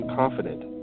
confident